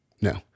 No